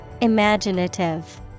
Imaginative